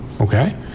Okay